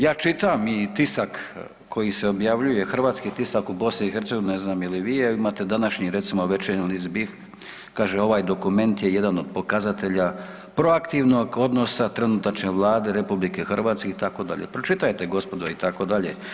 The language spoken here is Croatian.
Ja čitam i tisak koji se objavljuje, hrvatski tisak u BiH, ne znam je li i vi, evo imate današnji recimo „Večernji list“ BiH, kaže „ovaj dokument je jedan od pokazatelja proaktivnog odnosa trenutačne Vlade RH“ itd., pročitajte gospodo itd.